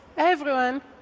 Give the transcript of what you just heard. everyone,